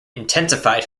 intensified